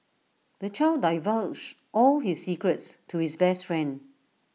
the child divulged all his secrets to his best friend